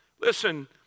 Listen